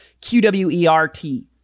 QWERT